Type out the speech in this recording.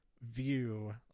view